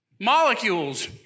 molecules